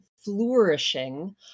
flourishing